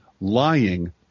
lying